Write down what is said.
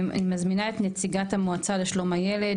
אני מזמינה את נציגת המועצה לשלום הילד,